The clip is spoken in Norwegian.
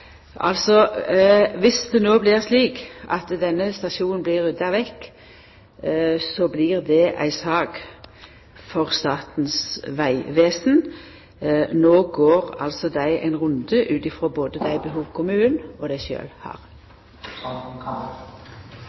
det no blir slik at denne stasjonen blir rydda vekk, blir det ei sak for Statens vegvesen. No går dei ein runde, ut frå det behovet både kommunen og dei